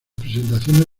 presentaciones